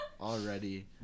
Already